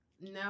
No